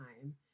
time